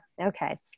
Okay